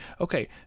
okay